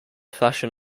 fashion